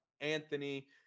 Anthony